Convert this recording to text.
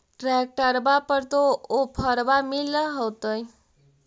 ट्रैक्टरबा पर तो ओफ्फरबा भी मिल होतै?